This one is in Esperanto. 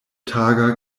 taga